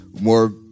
more